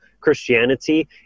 Christianity